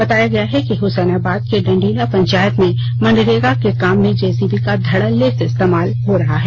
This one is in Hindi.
बताया गया है कि हुसैनाबाद के डंडीला पंचायत में मनरेगा के काम में जेसीबी का धड़ल्ले से इस्तेमाल हो रहा है